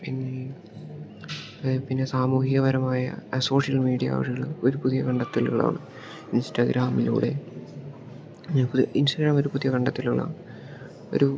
പിന്നെ പിന്നെ സാമൂഹികപരമായ സോഷ്യൽ മീഡിയ ആളുകൾ ഒരു പുതിയ കണ്ടത്തെല്കളാണ് ഇൻസ്റ്റഗ്രാമിലൂടെ ഞാ പുതിയ ഇൻസ്റ്റഗ്രാം ഒരു പുതിയ കണ്ടത്തെലുകളാണ് ഒരു